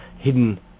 hidden